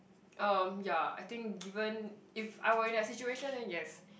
um yeah I think given if I were in that situation then yes